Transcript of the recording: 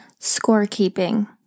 scorekeeping